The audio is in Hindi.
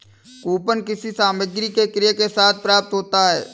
कूपन किसी सामग्री के क्रय के साथ प्राप्त होता है